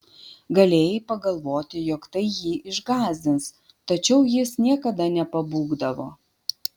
galėjai pagalvoti jog tai jį išgąsdins tačiau jis niekada nepabūgdavo